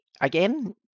again